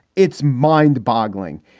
it's mind boggling.